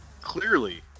Clearly